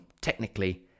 technically